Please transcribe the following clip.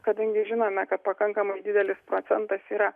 kadangi žinome kad pakankamai didelis procentas yra